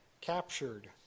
captured